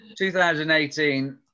2018